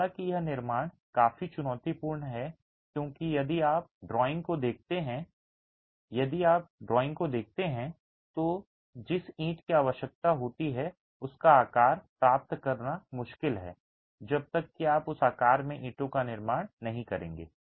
हालांकि यह निर्माण काफी चुनौतीपूर्ण है क्योंकि यदि आप ड्राइंग को देखते हैं यदि आप ड्राइंग को देखते हैं तो जिस ईंट की आवश्यकता होती है उसका आकार प्राप्त करना मुश्किल है जब तक कि आप उस आकार में ईंट का निर्माण नहीं करेंगे